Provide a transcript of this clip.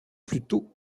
plutôt